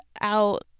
out